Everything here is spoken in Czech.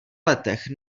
letech